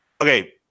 Okay